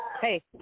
Hey